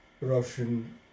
Russian